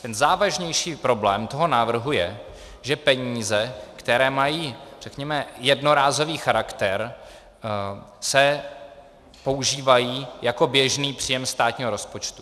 Ten závažnější problém tohoto návrhu je, že peníze, které mají, řekněme, jednorázový charakter, se používají jako běžný příjem státního rozpočtu.